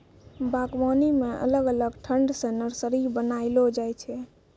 बागवानी मे अलग अलग ठंग से नर्सरी बनाइलो जाय छै